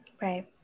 Right